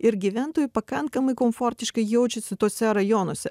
ir gyventojai pakankamai komfortiškai jaučiasi tuose rajonuose